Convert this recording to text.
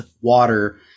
water